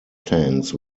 tanks